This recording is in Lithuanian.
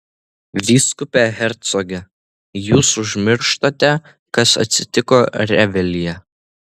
vyskupe hercoge jūs užmirštate kas atsitiko revelyje